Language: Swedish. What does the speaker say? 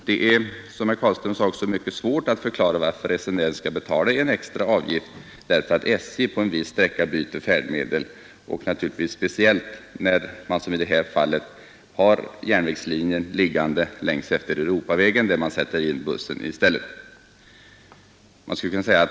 Det är, som herr Carlström också sade, mycket svårt att förklara varför resenären skall betala extra avgift bara därför att SJ på en viss sträcka byter färdmedel och naturligtvis speciellt när man, som i det här fallet, har järnvägslinjen längs efter Europavägen, där man sätter in bussen i stället.